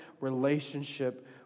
relationship